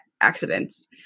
accidents